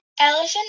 elephant